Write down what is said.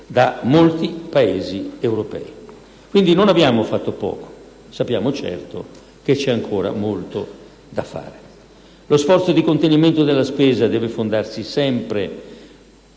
da molti Paesi europei. Quindi, non abbiamo fatto poco. Sappiamo - certo - che c'è ancora molto da fare. Lo sforzo di contenimento della spesa deve fondarsi sempre